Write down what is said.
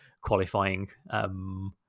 qualifying